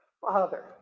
Father